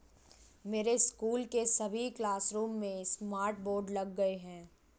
मेरे स्कूल के सभी क्लासरूम में स्मार्ट बोर्ड लग गए हैं